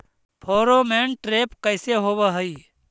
Pheromone trap कैसे होब हई?